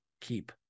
keep